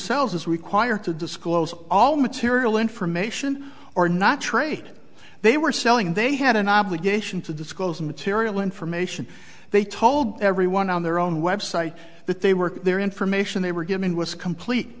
sells is required to disclose all material information or not trade they were selling they had an obligation to disclose material information they told everyone on their own website that they work their information they were given was complete